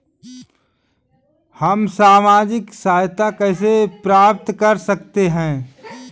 हम सामाजिक सहायता कैसे प्राप्त कर सकते हैं?